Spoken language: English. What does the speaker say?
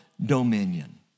dominion